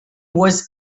was